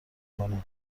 کنه